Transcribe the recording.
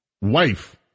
wife